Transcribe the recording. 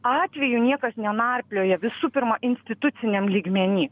atvejų niekas nenarplioja visų pirma instituciniam lygmeny